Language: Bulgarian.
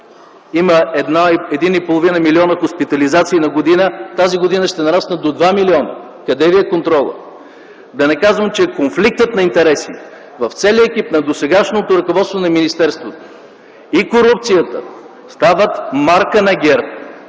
половина милиона хоспитализации на година, тази година ще нараснат до два милиона. Къде ви е контролът? Да не казвам, че конфликтът на интереси в целия екип на досегашното ръководство на министерството и корупцията стават марка на ГЕРБ